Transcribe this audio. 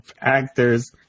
actors